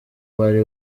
bari